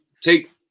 take